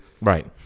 Right